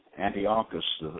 antiochus